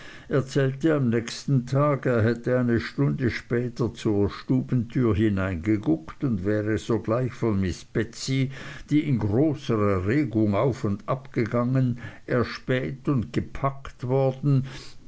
erzählte am nächsten tag er hätte eine stunde später zur stubentür hereingeguckt und wäre sogleich von miß betsey die in großer erregung auf und abgegangen erspäht und gepackt worden